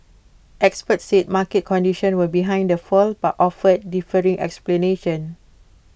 experts said market conditions were behind the fall but offered differing explanations